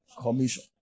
Commission